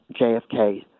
JFK